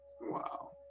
Wow